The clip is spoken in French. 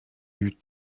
eut